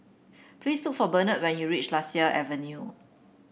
please look for Benard when you reach Lasia Avenue